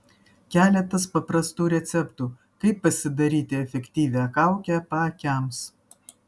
keletas paprastų receptų kaip pasidaryti efektyvią kaukę paakiams